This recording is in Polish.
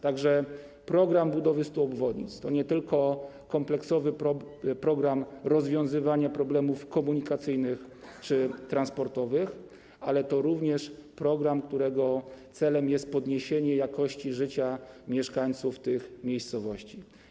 Tak że „Program budowy 100 obwodnic” to nie tylko kompleksowy program rozwiązywania problemów komunikacyjnych czy transportowych, ale to również program, którego celem jest podniesienie jakości życia mieszkańców tych miejscowości.